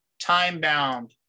time-bound